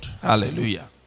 hallelujah